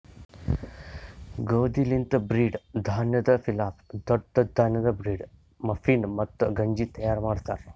ಗೋದಿ ಲಿಂತ್ ಬ್ರೀಡ್, ಧಾನ್ಯದ್ ಪಿಲಾಫ್, ದೊಡ್ಡ ಧಾನ್ಯದ್ ಬ್ರೀಡ್, ಮಫಿನ್, ಮತ್ತ ಗಂಜಿ ತೈಯಾರ್ ಮಾಡ್ತಾರ್